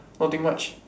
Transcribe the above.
nothing much